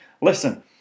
Listen